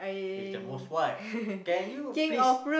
is the most what can you please